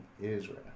Israel